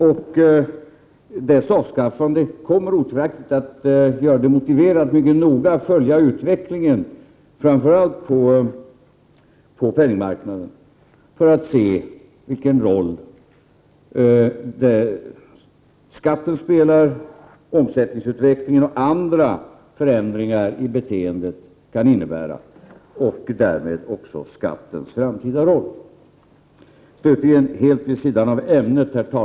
Valutaregleringens avskaffande kommer otvivelaktigt att göra det motiverat att mycket noga följa utvecklingen framför allt på penningmarknaden för att se vilka roller skatten och omsättningsutvecklingen spelar och vad andra förändringar i beteendet kan innebära och därmed också skattens framtida roll. Prot. 1988/89:114 == Herr talman!